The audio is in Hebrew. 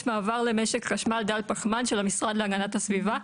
מעבר למשק חשמל דל פחמן של המשרד להגנת הסביבה,